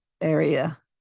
area